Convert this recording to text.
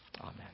amen